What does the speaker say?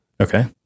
Okay